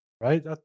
right